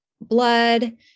blood